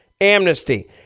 amnesty